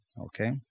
okay